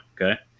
okay